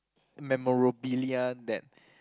memorabilia that